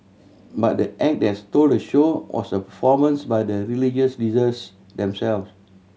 but the act that stole the show was a performance by the religious leaders themselves